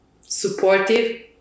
supportive